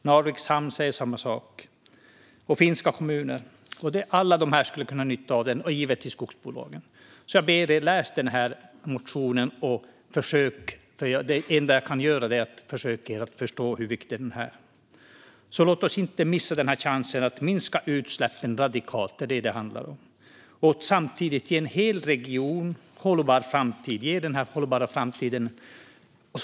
Narviks hamn och finska kommuner säger samma sak. Alla dessa skulle kunna ha nytta av den, och givetvis skogsbolagen. Jag ber er: Läs motionen. Det enda jag kan göra är att försöka få er att förstå hur viktig den satsningen är. Låt oss inte missa chansen att minska utsläppen radikalt. Det är vad det handlar om. Samtidigt ger vi en hel region en hållbar framtid.